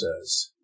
says